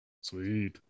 Sweet